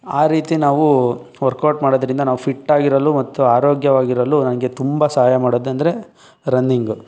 ಆ ರೀತಿ ನಾವು ವರ್ಕೌಟ್ ಮಾಡೋದರಿಂದ ನಾವು ಫಿಟ್ಟಾಗಿರಲು ಮತ್ತು ಆರೋಗ್ಯವಾಗಿರಲು ನನಗೆ ತುಂಬ ಸಹಾಯ ಮಾಡೋದಂದರೆ ರನ್ನಿಂಗು